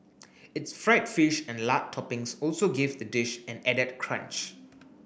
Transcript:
its fried fish and lard toppings also give the dish an added crunch